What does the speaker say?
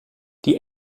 die